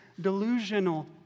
delusional